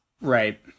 Right